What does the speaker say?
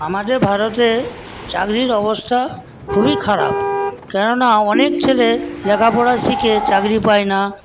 আমাদের ভারতে চাকরির অবস্থা খুবই খারাপ কেননা অনেক ছেলে লেখাপড়া শিখে চাকরি পায় না